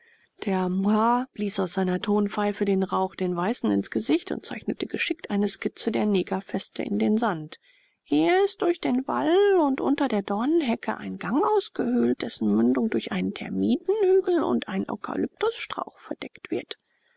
der mha blies aus seiner tonpfeife den rauch den weißen ins gesicht und zeichnete geschickt eine skizze der negerfeste in den sand hier ist durch den wall und unter der dornenhecke ein gang ausgehöhlt dessen mündung durch einen termitenhügel und einen eukalyptusstrauch verdeckt wird